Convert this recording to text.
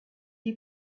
est